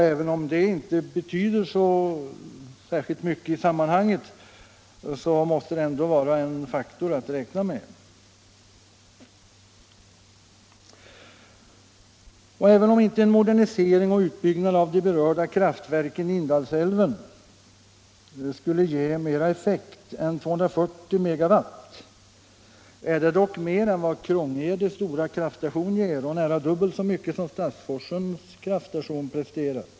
Även om det inte betyder så särskilt mycket i sammanhanget måste det ändå vara en faktor att räkna med. Även om inte en modernisering och utbyggnad av de berörda kraftverken i Indalsälven skulle ge mer effekt än 240 MW är det dock mer än Krångede stora kraftstation ger modernisering av kraftverk i Indalsälven 150 och nära dubbelt så mycket som Stadsforsens kraftstation presterar.